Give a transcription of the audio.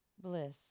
bliss